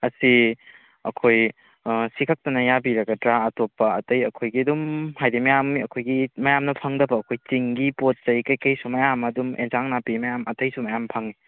ꯑꯁꯤ ꯑꯩꯈꯣꯏ ꯁꯤ ꯈꯛꯇꯅ ꯌꯥꯕꯤꯔꯒꯗ꯭ꯔꯥ ꯑꯇꯣꯞꯄ ꯑꯇꯩ ꯑꯩꯈꯣꯏꯒꯤ ꯑꯗꯨꯝ ꯍꯥꯏꯗꯤ ꯃꯌꯥꯝꯅ ꯑꯩꯈꯣꯏꯒꯤ ꯃꯌꯥꯝꯅ ꯐꯪꯗꯕ ꯑꯩꯈꯣꯏ ꯆꯤꯡꯒꯤ ꯄꯣꯠꯆꯩ ꯀꯩꯀꯩꯁꯨ ꯃꯌꯥꯝ ꯑꯃ ꯑꯗꯨꯝ ꯏꯟꯖꯥꯡ ꯅꯥꯄꯤ ꯃꯌꯥꯝ ꯑꯇꯩꯁꯨ ꯃꯌꯥꯝ ꯐꯪꯉꯦ